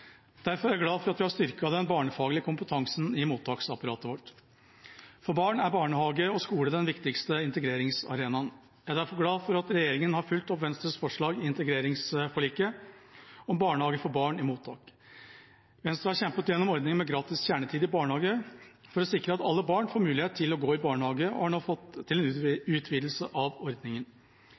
Derfor er jeg glad for at vi har styrket den barnefaglige kompetansen i mottaksapparatet vårt. For barn er barnehage og skole den viktigste integreringsarenaen. Jeg er derfor glad for at regjeringa har fulgt opp Venstres forslag i integreringsforliket om barnehage for barn i mottak. Venstre har kjempet gjennom ordning med gratis kjernetid i barnehagen for å sikre at alle barn får mulighet til å gå i barnehage, og har nå fått til en utvidelse av ordningen.